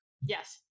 Yes